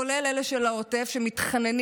כולל אלה של העוטף, שמתחננים,